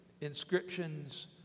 Inscriptions